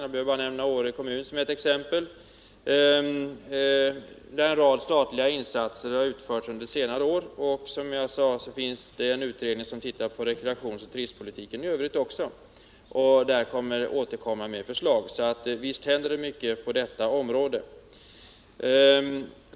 Jag behöver bara nämna Åre kommun som ett exempel, där under senare år en rad statliga insatser har gjorts. Det finns också en utredning som tittar på rekreationsoch turistpolitiken. Den kommer så småningom med förslag, så visst händer det mycket på detta område.